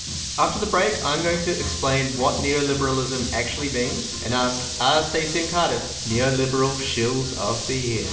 after the break, i'm going to explain what neoliberalism actually means and ask ah stacey and cardiff, neoliberal shills of the